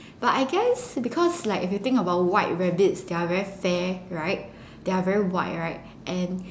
but I guess because like if you think about white rabbits they're very fair right they're very white right and